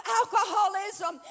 alcoholism